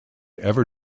ever